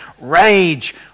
Rage